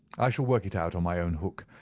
i shall work it out on my own hook.